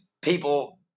people